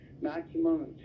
maximum